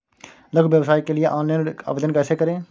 लघु व्यवसाय के लिए ऑनलाइन ऋण आवेदन कैसे करें?